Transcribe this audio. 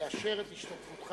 לאשר את השתתפותך,